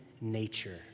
nature